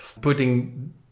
putting